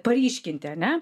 paryškinti ane